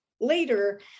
later